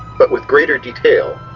but with greater detail,